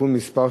(תיקון מס'